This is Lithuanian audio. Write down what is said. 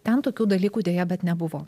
ten tokių dalykų deja bet nebuvo